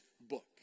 book